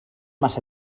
massa